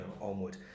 onward